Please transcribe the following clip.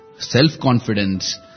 Self-confidence